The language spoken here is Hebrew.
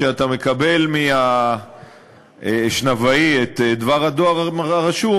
כשאתה מקבל מהאשנבאי את דבר הדואר הרשום